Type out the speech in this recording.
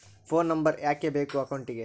Phone number ಯಾಕೆ ಬೇಕು ಅಕೌಂಟಿಗೆ?